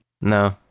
No